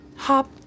Hop